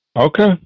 Okay